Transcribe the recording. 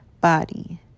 body